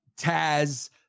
Taz